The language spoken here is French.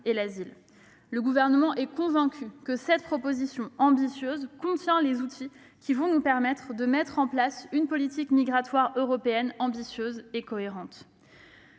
et l'asile. Le Gouvernement est convaincu que cette proposition ambitieuse contient les outils qui vont nous permettre de mettre en place une politique migratoire européenne ambitieuse et cohérente.